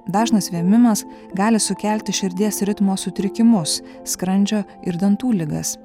dažnas vėmimas gali sukelti širdies ritmo sutrikimus skrandžio ir dantų ligas